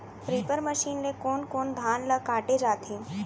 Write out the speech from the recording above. Reaper machine ले कोन कोन धान ल काटे जाथे?